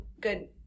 good